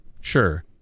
Sure